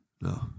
No